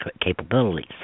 capabilities